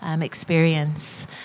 experience